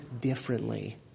differently